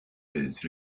his